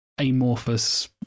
amorphous